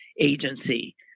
agency